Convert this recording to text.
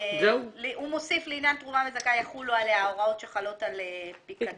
הוא מוסיף "לעניין תרומה מזכה יחולו עליה ההוראות שחלות על פיקדון".